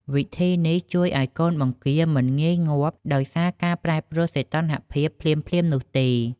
វិធីនេះជួយឲ្យកូនបង្គាមិនងាយងាប់ដោយសារការប្រែប្រួលសីតុណ្ហភាពភ្លាមៗនោះទេ។